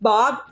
Bob